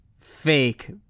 fake